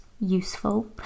useful